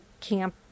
camp